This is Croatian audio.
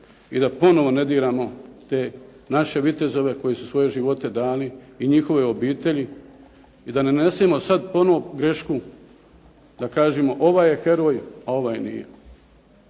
i da ponovo ne diramo te naše vitezove koji su svoje živote dali i njihove obitelji i da ne nanesemo sada ponovo grešku da kažemo ovaj je heroj, a ovaj nije.